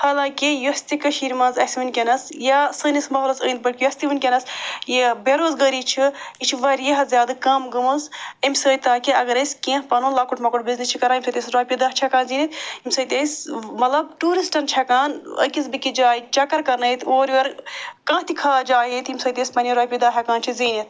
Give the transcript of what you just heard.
حالانکہ یۄس تہِ کٔشیٖرِ منٛز اَسہِ وٕنۍکٮ۪نس یا سٲنِس ماحولس أنٛدۍ پٔتۍ یۄس تہِ وٕنۍکٮ۪نس یہِ بے روزگٲری چھِ یہِ چھُ وارِیاہ کَم گٔمٕژ اَمہِ سۭتۍ تاکہِ اگر أسۍ کیٚنٛہہ پنُن لۄکُٹ مۄکُٹ بِزنِس چھِ کَران ییٚمہِ سۭتۍ أسۍ رۄپیہِ دَہ چھِ ہٮ۪کان زیٖنِتھ ییٚمہِ سۭتۍ أسۍ مطلب ٹوٗرسٹن چھِ ہٮ۪کان أکِس بیٚکِس جایہِ چکر کَرنٲیِتھ اورٕ یور کانٛہہ تہِ خاص جاے ییٚتہِ ییٚمہِ سۭتۍ أسۍ پنٛنہِ رۄپیہِ دَہ ہٮ۪کان چھِ زیٖنِتھ